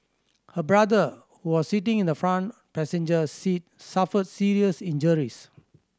her brother who was sitting in the front passenger seat suffered serious injuries